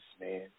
man